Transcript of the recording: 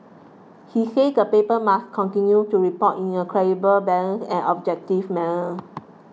he said the paper must continue to report in a credible balanced and objective manner